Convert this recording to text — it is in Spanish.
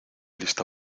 lista